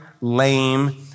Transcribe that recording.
lame